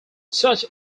such